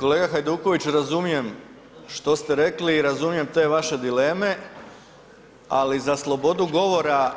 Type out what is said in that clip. Kolega Hajduković razumijemo što ste rekli i razumijem te vaše dileme ali za slobodu govora